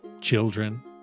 children